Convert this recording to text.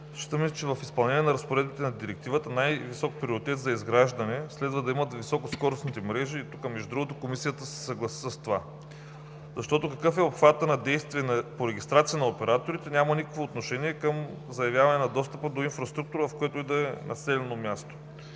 считаме, че в изпълнение разпоредбите на Директивата най-висок приоритет за изграждане следва да имат високоскоростните мрежи, и тук, между другото, Комисията се съгласи с това. Защото какъв е обхватът на действие по регистрация на операторите няма никакво отношение към заявяване на достъпа до инфраструктура в което и да е населено място.